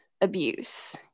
abuse